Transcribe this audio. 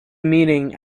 meeting